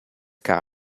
car